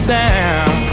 down